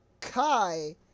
Kai